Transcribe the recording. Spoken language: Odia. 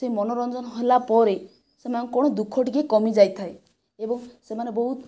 ସେ ମନୋରଞ୍ଜନ ହେଲା ପରେ ସେମାନେ କ'ଣ ଦୁଃଖ ଟିକେ କମିଯାଇଥାଏ ଏବଂ ସେମାନେ ବହୁତ